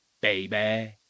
baby